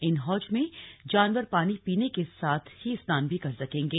इन हौज में जानवर पानी पीने के साथ ही स्नान भी कर सकेंगे